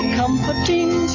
comforting